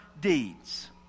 deeds